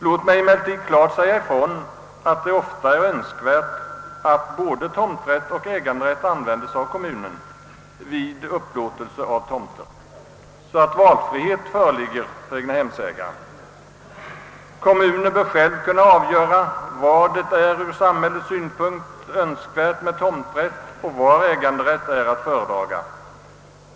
Låt mig emellertid klart säga ifrån att det ofta är önskvärt att både tomträtt och äganderätt används av kom munen vid upplåtelse av tomter, så att valfrihet föreligger för egnahemsägare. Kommuner bör själva kunna avgöra var det ur samhällets synpunkt är önskvärt att man tillämpar tomträtt och var äganderätt är att föredra.